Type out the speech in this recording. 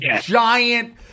giant